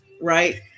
right